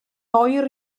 oer